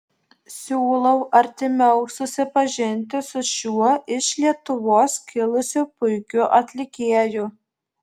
siūlau artimiau susipažinti su šiuo iš lietuvos kilusiu puikiu atlikėju